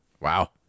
Wow